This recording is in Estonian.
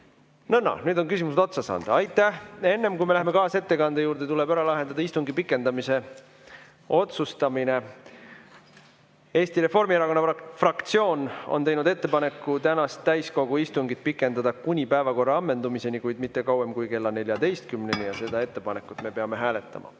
peab. Nõnda, nüüd on küsimused otsa saanud. Enne, kui me läheme kaasettekande juurde, tuleb ära lahendada istungi pikendamise otsustamine. Eesti Reformierakonna fraktsioon on teinud ettepaneku tänast täiskogu istungit pikendada kuni päevakorra ammendumiseni, kuid mitte kauem kui kella 14-ni. Seda ettepanekut me peame hääletama. Head